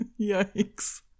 Yikes